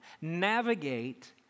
navigate